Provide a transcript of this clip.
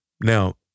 Now